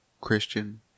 Christian